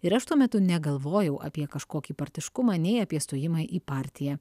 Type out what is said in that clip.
ir aš tuo metu negalvojau apie kažkokį partiškumą nei apie stojimą į partiją